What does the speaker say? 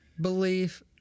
belief